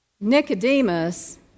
Nicodemus